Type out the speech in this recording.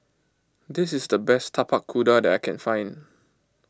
this is the best Tapak Kuda that I can find